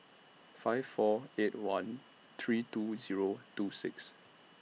five four eight one three two Zero two six